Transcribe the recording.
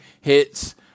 hits